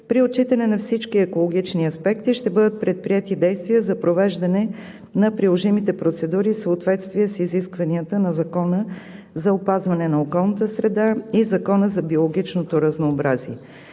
при отчитане на всички екологични аспекти ще бъдат предприети действия за провеждане на приложимите процедури в съответствие с изискванията на Закона за опазване на околната среда и Закона за биологичното разнообразие.